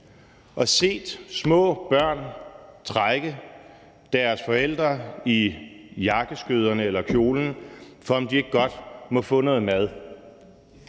og set små børn trække deres forældre i jakkeskøderne eller kjolen for, om de ikke godt må få noget mad,